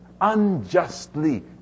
unjustly